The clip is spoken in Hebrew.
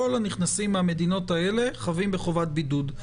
כל הנכנסים מהמדינות האלה חייבים בבידוד.